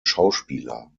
schauspieler